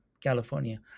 California